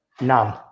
none